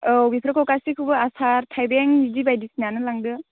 औ बेफोरखौ गासैखौबो आसार थाइबें बिदि बायदिसिना नों लांदो